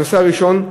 הנושא הראשון,